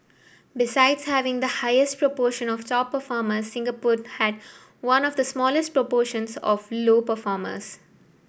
besides having the highest proportion of top performers had one of the smallest proportions of low performers